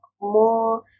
more